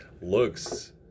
looks